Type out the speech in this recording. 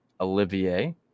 Olivier